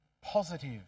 positive